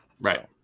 Right